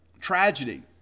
tragedy